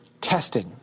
testing